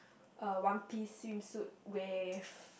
a one piece swimsuit with